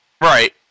Right